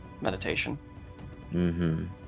meditation